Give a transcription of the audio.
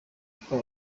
uko